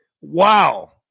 Wow